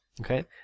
Okay